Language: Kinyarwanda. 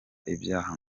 ibyaha